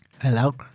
Hello